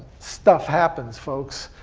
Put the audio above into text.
stuff happens, folks.